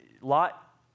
Lot